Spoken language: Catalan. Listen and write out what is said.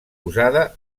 usada